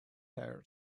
her